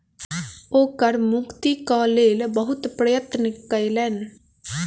ओ कर मुक्तिक लेल बहुत प्रयत्न कयलैन